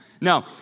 No